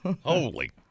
Holy